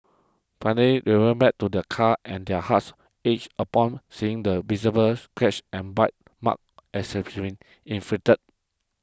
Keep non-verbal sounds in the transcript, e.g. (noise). finally they went back to their car and their hearts ached upon seeing the visible scratches and bite marks (unintelligible) inflicted